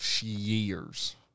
years